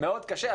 זה מאוד קשה.